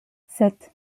sept